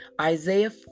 Isaiah